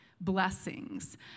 blessings